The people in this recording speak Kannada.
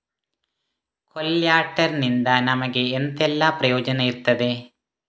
ಕೊಲ್ಯಟರ್ ನಿಂದ ನಮಗೆ ಎಂತ ಎಲ್ಲಾ ಪ್ರಯೋಜನ ಇರ್ತದೆ?